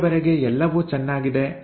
ಇಲ್ಲಿಯವರೆಗೆ ಎಲ್ಲವೂ ಚೆನ್ನಾಗಿದೆ